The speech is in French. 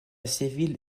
séville